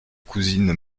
cousine